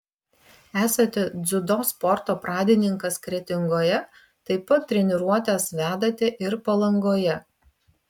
esate dziudo sporto pradininkas kretingoje taip pat treniruotes vedate ir palangoje